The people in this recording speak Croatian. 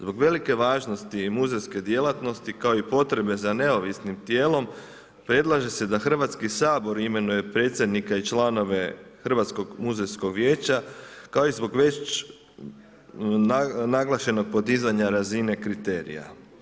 Zbog velike važnosti muzejske djelatnosti kao i potrebe za neovisnim tijelom predlaže se da Hrvatski sabor imenuje predsjednika i članove Hrvatskog muzejskog vijeća kao i zbog već naglašenog podizanja razine kriterija.